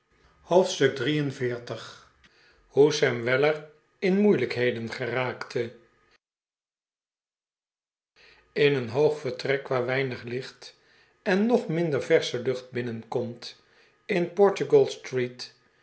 hoofdstuk xliil hoe sam weller in moeilijkheden geraakte in een hoog vertrek waar weinig licht en nog minder versche lucht binnenkomt in